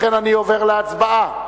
לכן אני עובר להצבעה,